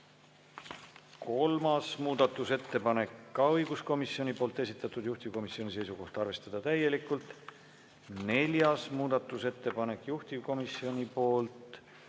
Kolmas muudatusettepanek, ka õiguskomisjoni esitatud, juhtivkomisjoni seisukoht on arvestada täielikult. Neljas muudatusettepanek on juhtivkomisjonilt